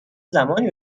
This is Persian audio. زمانی